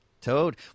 Toad